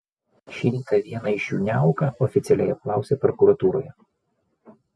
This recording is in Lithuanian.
šį rytą vieną iš jų niauka oficialiai apklausė prokuratūroje